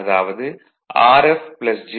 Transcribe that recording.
அதாவது rf jxf